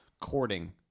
courting